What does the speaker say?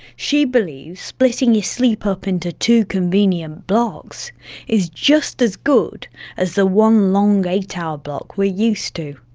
she believes splitting your sleep up in to two convenient blocks is just as good as the one long eight-hour block we're used to.